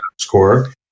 score